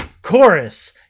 Chorus